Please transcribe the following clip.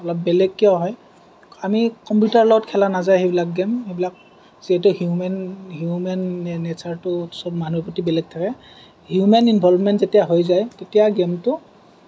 অলপ বেলেগ কিয় হয় আমি কম্পিউটাৰৰ লগত খেলা নাযায় সেইবিলাক গেম সেইবিলাক যিহেতু হিউমেন হিউমেন নেচাৰটো চব মানুহৰ প্ৰতি বেলেগ থাকে হিউমেন ইনভলভমেন্ট যেতিয়া হৈ যায় তেতিয়া গেমটো